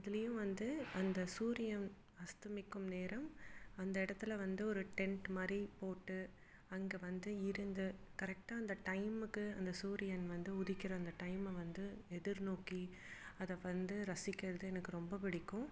அதுலேயும் வந்து அந்த சூரியன் அஸ்தமிக்கும் நேரம் அந்த இடத்துல வந்து ஒரு டெண்ட்டு மாதிரி போட்டு அங்கே வந்து இருந்து கரெக்டாக அந்த டைமுக்கு அந்த சூரியன் வந்து உதிக்கிற அந்த டைமை வந்து எதிர் நோக்கி அதை வந்து ரசிக்கிறது எனக்கு ரொம்ப பிடிக்கும்